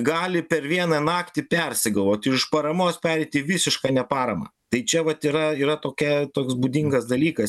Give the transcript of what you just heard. gali per vieną naktį persigalvoti iš paramos pereiti į visišką neparamą tai čia vat yra yra tokia toks būdingas dalykas